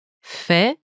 Fait